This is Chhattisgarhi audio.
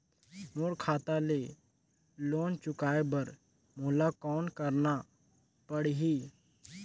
मोर खाता ले लोन चुकाय बर मोला कौन करना पड़ही?